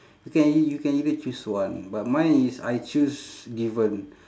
you can e~ you can either choose one but mine is I choose given